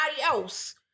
else